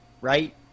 right